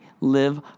live